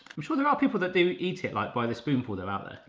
i'm sure there are people that they eat it like by the spoon or they're out there.